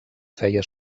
feia